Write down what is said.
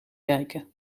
kijken